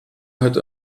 hat